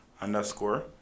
Underscore